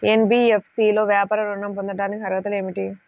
NBFC లో వ్యాపార ఋణం పొందటానికి అర్హతలు ఏమిటీ?